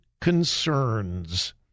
concerns